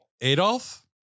Adolf